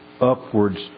upwards